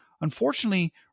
Unfortunately